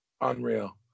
Unreal